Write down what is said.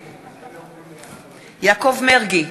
נגד יעקב מרגי,